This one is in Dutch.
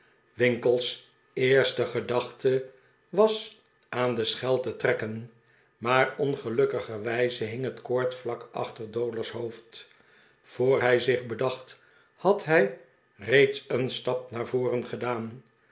winkle's eerste gedachte was aan de schel te trekken maar ongelukkigerwijze hing het koord vlak achter dowler's hoofd voor hij zich bedacht had hij reeds een stap naar voren gedaan